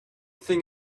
thing